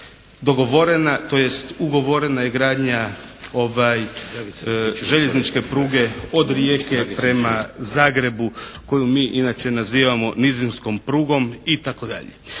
ugovorena je gradnja željezničke pruge od Rijeke prema Zagrebu koju mi inače nazivamo Nizozemskom prugom itd.